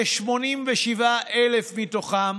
כ-87,000 מתוכם